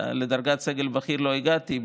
לדרגת סגל בכיר לא הגעתי,